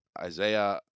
Isaiah